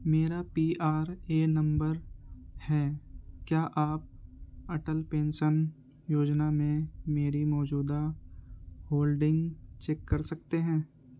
میرا P R A N نمبر ہے کیا آپ اٹل پینسن یوجنا میں میری موجودہ ہولڈنگ چیک کر سکتے ہیں